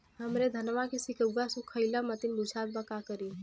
हमरे धनवा के सीक्कउआ सुखइला मतीन बुझात बा का करीं?